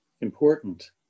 important